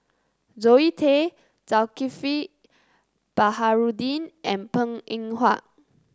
Zoe Tay Zulkifli Baharudin and Png Eng Huat